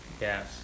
Yes